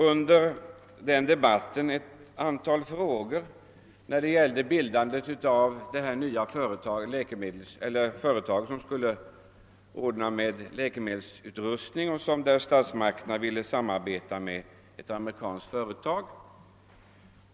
Under den debatten ställde jag ett antal frågor beträffande bildandet av det nya företag som skulle sköta läkemedelsutrustningen, varvid statsmakterna ville samarbeta med en amerikansk firma.